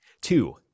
Two